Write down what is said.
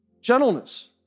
Gentleness